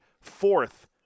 fourth